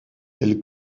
elle